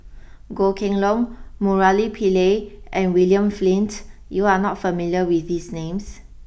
Goh Kheng long Murali Pillai and William Flint you are not familiar with these names